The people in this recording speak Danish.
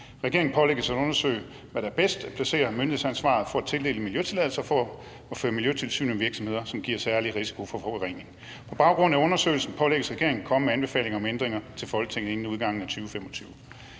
Regeringen pålægges at undersøge, hvor det er bedst at placere myndighedsansvaret for at tildele miljøtilladelser og for at føre miljøtilsyn med virksomheder, som giver særlig risiko for forurening. På grundlag af undersøgelsen pålægges regeringen at komme med anbefalinger om ændringer til Folketinget inden udgangen af 2025.«